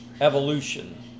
evolution